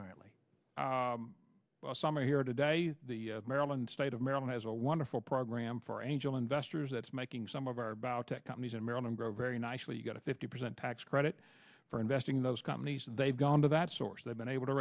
quietly well some are here today the maryland state of maryland has a wonderful program for angel investors that's making some of our biotech companies in maryland grow very nicely you get a fifty percent tax credit for investing in those companies and they've gone to that source they've been able to